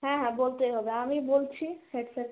হ্যাঁ হ্যাঁ বলতেই হবে আমি বলছি হেড স্যারকে